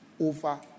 over